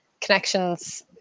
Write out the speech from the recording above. connections